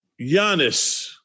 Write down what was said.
Giannis